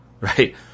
right